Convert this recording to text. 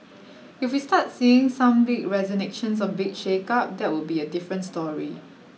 if we start seeing some big resignations or big shake up that would be a different story